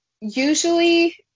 usually